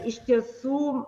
iš tiesų